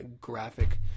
graphic